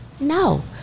no